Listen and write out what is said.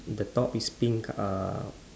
the top is pink co~ uh